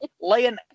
laying